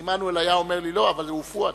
עמנואל היה אומר לי: לא, אבל הוא פואד.